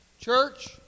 church